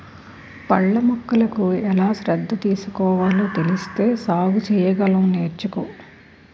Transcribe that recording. పళ్ళ మొక్కలకు ఎలా శ్రద్ధ తీసుకోవాలో తెలిస్తే సాగు సెయ్యగలం నేర్చుకో